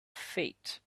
feet